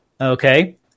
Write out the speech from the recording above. Okay